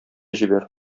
җибәр